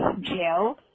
jail